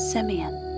Simeon